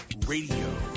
Radio